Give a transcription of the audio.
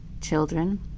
Children